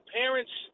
parents